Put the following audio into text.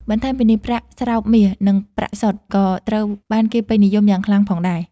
បន្ថែមពីនេះ ប្រាក់ស្រោបមាស និងប្រាក់សុទ្ធ ក៏ត្រូវបានគេពេញនិយមយ៉ាងខ្លាំងផងដែរ។